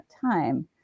time